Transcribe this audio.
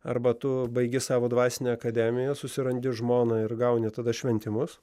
arba tu baigi savo dvasinę akademiją susirandi žmoną ir gauni tada šventimus